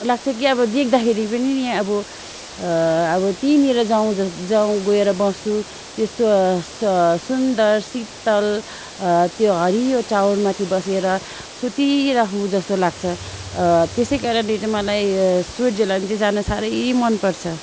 लाग्छ कि अब देख्दाखेरि पनि नि अब अब त्यहीँनिर जाउँ जस् जाउँ गएर बसौँ त्यो सुन्दर शीतल त्यो हरियो चौरमाथि बसेर सुतिरहुँ जस्तो लाग्छ त्यसै कारणले चाहिँ मलाई यो स्विजरल्यान्ड चाहिँ जानु साह्रै मन पर्छ